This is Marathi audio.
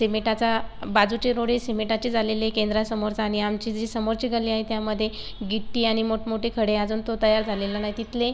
सिमेटाचा बाजूचे रोड हे सिमेटाचे झालेले केंद्रासमोरचा आणि आमची जी समोरची गल्ली आहे त्यामध्ये गिट्टी आणि मोठमोठे खडे अजून तो तयार झालेला नाही तिथले